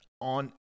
on